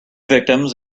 victims